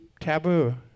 taboo